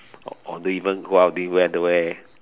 or even go out didn't wear underwear